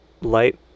light